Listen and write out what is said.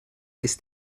ist